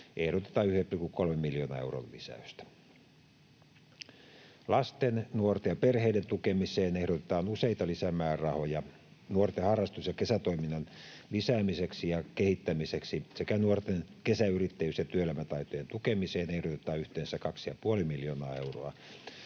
ehdotetaan 1,3 miljoonan euron lisäystä. Lasten, nuorten ja perheiden tukemiseen ehdotetaan useita lisämäärärahoja. Nuorten harrastus- ja kesätoiminnan lisäämiseksi ja kehittämiseksi sekä nuorten kesäyrittäjyys- ja työelämätaitojen tukemiseen ehdotetaan yhteensä 2,5 miljoonaa euroa.